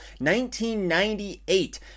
1998